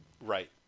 Right